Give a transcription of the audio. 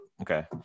Okay